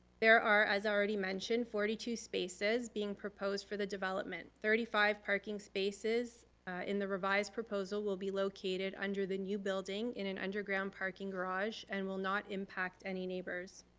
there are, as already mentioned, forty two spaces being proposed for the development. thirty five parking spaces in the revised proposal will be located under the new building in an underground parking garage and will not impact any neighbors.